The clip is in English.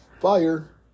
fire